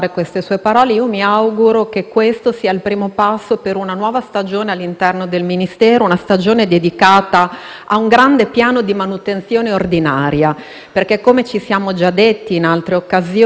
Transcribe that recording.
alle operazioni di grande effetto mediatico e non si è prestata cura, invece, a quella che dovrebbe essere la prima preoccupazione, ovvero quella di salvaguardare i nostri luoghi, quotidianamente.